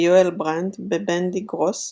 ביואל ברנד, בבנדי גרוס,